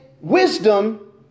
wisdom